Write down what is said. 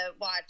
watch